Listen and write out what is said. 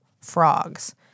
frogs